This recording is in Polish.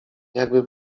jakby